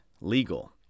legal